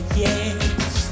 yes